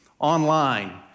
online